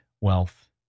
wealth